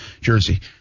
jersey